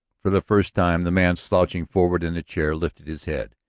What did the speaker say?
for the first time the man slouching forward in the chair lifted his head.